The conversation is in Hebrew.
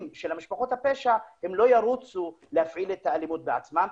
של משפחות הפשע לא ירוצו להפעיל את האלימות בעצמם,